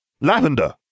Lavender